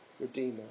Redeemer